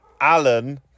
Alan